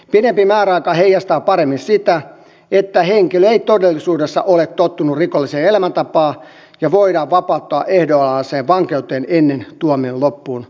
pidempi määräaika heijastaa paremmin sitä että henkilö ei todellisuudessa ole tottunut rikolliseen elämäntapaan ja voidaan vapauttaa ehdonalaiseen vapauteen ennen tuomion loppuun kulumista